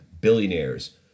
billionaires